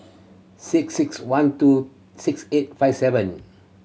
six six one two six eight five seven